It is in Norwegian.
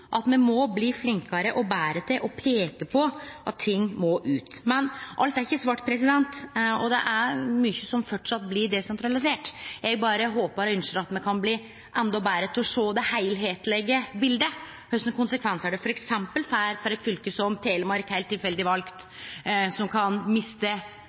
må bli flinkare og betre til å peike på at ting må ut. Men alt er ikkje svart, og det er mykje som framleis blir desentralisert. Eg berre håpar og ønskjer at me kan bli endå betre til å sjå det heilskaplege biletet, og kva slags konsekvensar det f.eks. får for eit fylke som Telemark – heilt tilfeldig valt – som kan miste